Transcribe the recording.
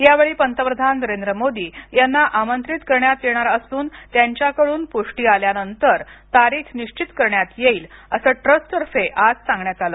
यावेळी पंतप्रधान नरेंद्र मोदी यांना आमंत्रित करण्यात येणार असून त्यांच्याकडून पुष्टी आल्यानंतर तारीख निश्चित करण्यात येईल असं ट्रस्टतर्फे आज सांगण्यात आलं